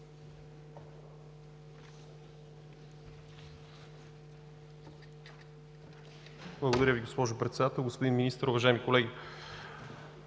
Благодаря Ви, госпожо Председател. Господин Министър, уважаеми колеги!